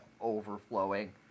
overflowing